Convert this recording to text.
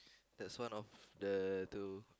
that's one of the two